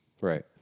Right